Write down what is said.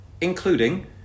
Including